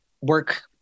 work